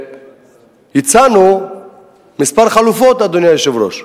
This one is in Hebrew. והצענו כמה חלופות, אדוני היושב-ראש.